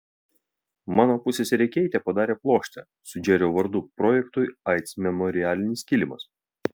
mano pusseserė keitė padarė plokštę su džerio vardu projektui aids memorialinis kilimas